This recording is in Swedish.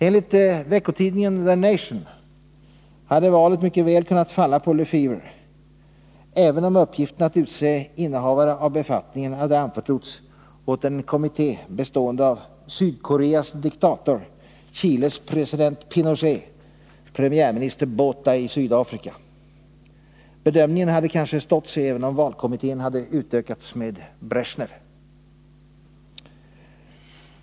Enligt veckotidningen The Nation hade valet mycket väl kunnat falla på Lefever även om uppgiften att utse innehavare av befattningen hade anförtrotts åt en kommitté bestående av Sydkoreas diktator, Chiles president Pinochet och premiärminister Botha i Sydafrika. Bedömningen hade kanske stått sig även om valkommittén hade utökats med Bresjnev.